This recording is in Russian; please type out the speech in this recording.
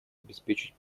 обеспечить